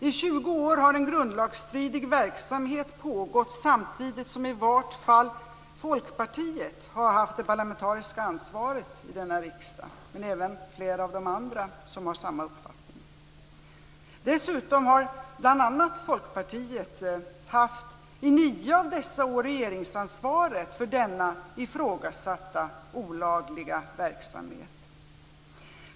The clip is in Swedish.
I 20 år har en grundlagsstridig verksamhet pågått samtidigt som i vart fall Folkpartiet har haft det parlamentariska ansvaret i denna riksdag, men det gäller även flera av de andra som har samma uppfattning. Dessutom har bl.a. Folkpartiet i nio av dessa år haft regeringsansvaret för denna ifrågasatta olagliga verksamhet.